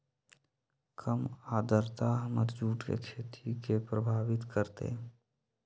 कम आद्रता हमर जुट के खेती के प्रभावित कारतै?